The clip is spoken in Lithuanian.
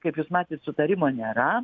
kaip jūs matėt sutarimo nėra